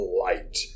light